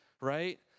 right